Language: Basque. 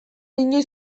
inoiz